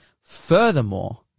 Furthermore